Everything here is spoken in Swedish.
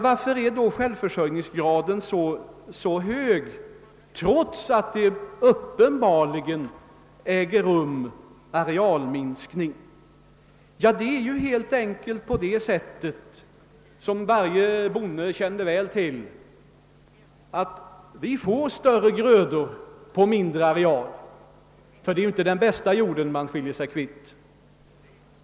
Varför är då denna självförsörjningsgrad så hög trots att det uppenbarligen äger rum en arealminskning? Jo, anled ningen är helt enkelt den att vi — som varje bonde känner väl till — får större grödor på mindre areal; det är inte den bästa jorden man gör sig kvitt.